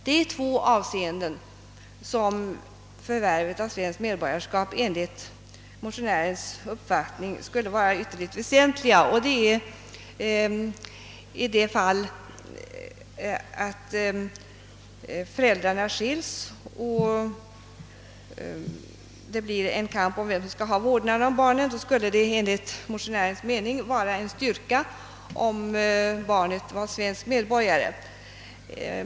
Det är i två avseenden som förvärvet av svenskt medborgarskap enligt motionärens uppfattning skulle vara ytterligt väsentligt. Det ena är det fall då föräldrarna skiljs och det blir kamp om vem som skall ha vårdnaden om barnet. Då skulle det enligt motionären vara en styrka om barnet var svensk medborgare.